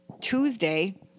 Tuesday